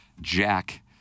Jack